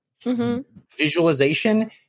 visualization